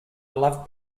loved